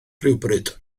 rhywbryd